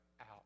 out